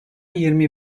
yirmi